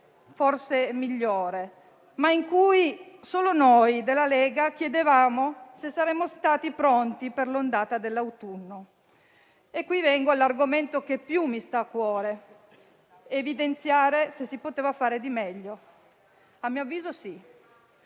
forse migliore, ma in cui solo noi della Lega chiedevamo se saremmo stati pronti per l'ondata dell'autunno. Vengo così all'argomento che più mi sta a cuore, ossia evidenziare se si poteva fare di meglio. A mio avviso sì.